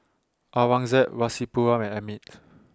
Aurangzeb Rasipuram and Amit